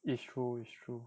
it's true it's true